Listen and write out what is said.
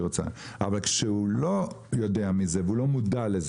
רוצה אבל הוא לא יודע על כך והוא לא מודע לכך,